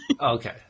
Okay